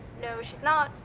no, she's not.